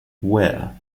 where